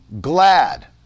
glad